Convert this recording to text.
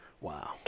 Wow